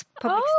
public